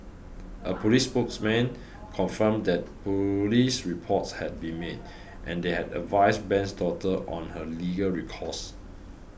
a police spokesman confirmed that police reports had been made and they had advised Ben's daughter on her legal recourse